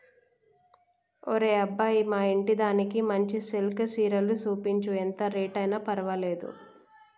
ఒరే అబ్బాయి మా ఇంటిదానికి మంచి సిల్కె సీరలు సూపించు, ఎంత రేట్ అయిన పర్వాలేదు